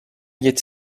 geçiş